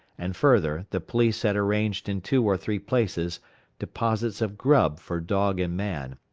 and further, the police had arranged in two or three places deposits of grub for dog and man,